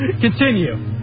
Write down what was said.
Continue